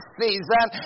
season